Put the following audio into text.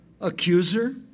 Accuser